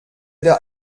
der